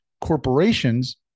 corporations